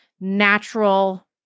natural